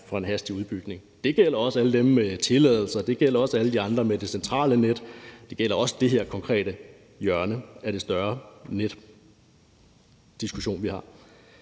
for en hastig udbygning, og det gælder også alle dem med tilladelser, og det gælder alle de andre med det centrale net, og det gælder også det her konkrete hjørne af den større netdiskussion, vi har.